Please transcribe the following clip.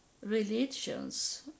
religions